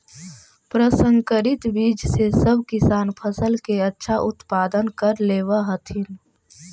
प्रसंकरित बीज से सब किसान फसल के अच्छा उत्पादन कर लेवऽ हथिन